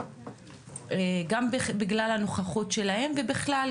גם בגלל הנוכחות שלהם ובכלל,